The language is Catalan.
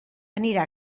anirà